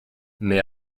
mais